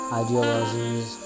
ideologies